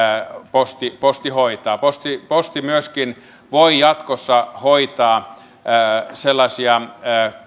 posti posti hoitaa posti posti voi jatkossa hoitaa myöskin sellaisia